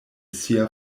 sia